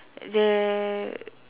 they